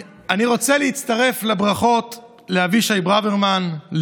אני רוצה להצטרף לברכות לאבישי ברוורמן,